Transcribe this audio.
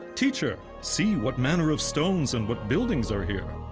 teacher, see what manner of stones and what buildings are here!